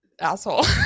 asshole